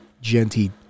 genty